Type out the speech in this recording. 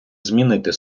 змінити